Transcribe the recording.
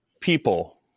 people